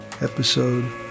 Episode